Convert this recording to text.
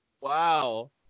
Wow